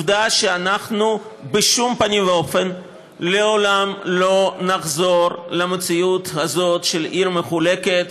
שאנחנו בשום פנים ואופן ולעולם לא נחזור למציאות הזאת של עיר מחולקת